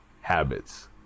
Habits